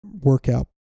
workout